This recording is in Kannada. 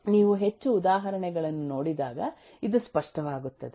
ನೀವು ಹೆಚ್ಚು ಉದಾಹರಣೆಗಳನ್ನು ನೋಡಿದಾಗ ಇದು ಸ್ಪಷ್ಟವಾಗುತ್ತದೆ